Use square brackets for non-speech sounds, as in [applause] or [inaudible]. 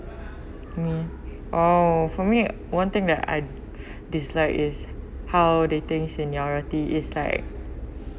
me [breath] orh for me one thing that I [breath] dislike is how they think seniority is like